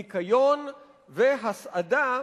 ניקיון והסעדה,